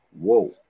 whoa